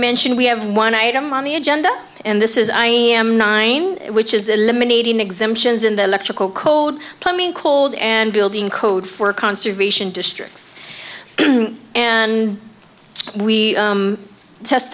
mention we have one item on the agenda and this is i am nine which is eliminating exemptions in the electrical code plumbing cold and building code for conservation districts and we